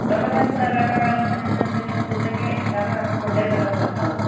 double ಹ್ಯಾಂಗೆ ಕೊಡ್ಲಾಕ್ಕಾಗಲ್ಲನು ಹ್ಯಾಂಗೆ ಅಂತ್ರೀ ನೀವು ಕೊಡ್ಬೇಕೇ ಡಬಲ್ ಡಾಕ ಕೊಡ್ಲೆಬೇಕಾದ್ದು ರೊಕ್ಕದ್ದು